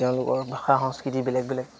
তেওঁলোকৰ ভাষা সংস্কৃতি বেলেগ বেলেগ